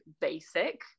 basic